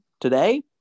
today